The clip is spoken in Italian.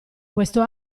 questo